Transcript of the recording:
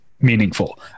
meaningful